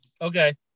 Okay